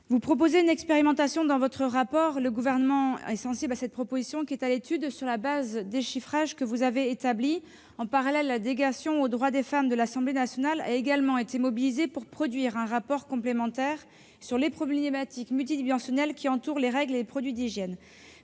propose une expérimentation. Le Gouvernement est sensible à cette proposition, qui est à l'étude sur la base des chiffrages que Mme Schillinger a établis. En parallèle, la délégation aux droits des femmes de l'Assemblée nationale s'est mobilisée pour produire un rapport complémentaire sur les problématiques multidimensionnelles qui entourent les règles et les produits d'hygiène.